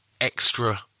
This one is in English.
extra